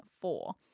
four